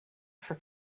for